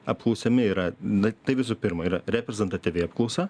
apklausiami yra na tai visų pirma yra reprezentatyvi apklausa